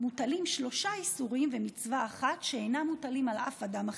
מוטלים שלושה איסורים ומצווה אחת שאינם מוטלים על אף אדם אחר.